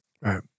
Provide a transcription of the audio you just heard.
Right